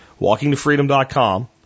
Walkingtofreedom.com